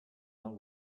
out